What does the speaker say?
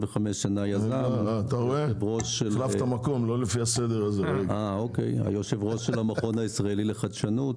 שנים ויושב ראש של המכון הישראלי לחדשנות.